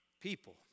people